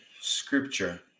scripture